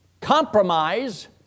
compromise